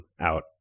out –